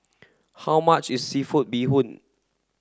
how much is seafood bee hoon